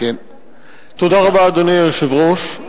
תודה רבה, אדוני היושב-ראש.